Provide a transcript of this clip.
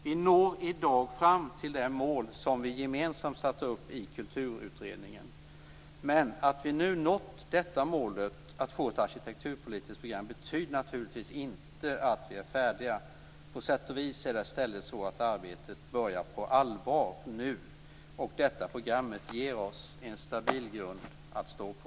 Vi når i dag fram till det mål som vi gemensamt satte upp i Kulturutredningen. Att vi nu nått målet ett arkitekturpolitiskt program betyder dock naturligtvis inte att vi är färdiga. På sätt och vis är det i stället så att arbetet nu börjar på allvar. Detta program ger oss en stabil grund att stå på.